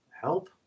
help